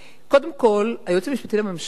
קודם כול, היועץ המשפטי לממשלה,